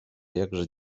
jakże